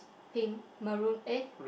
pink maroon eh